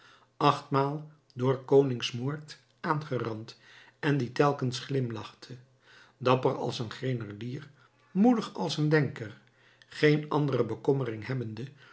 achtmaal door koningsmoord aangerand en die telkens glimlachte dapper als een grenadier moedig als een denker geen andere bekommering hebbende